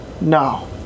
No